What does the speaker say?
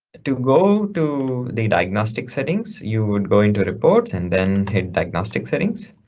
to go to the diagnostic settings, you would go into reports and then hit diagnostic settings.